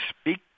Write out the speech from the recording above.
speak